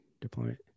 deployment